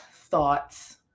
thoughts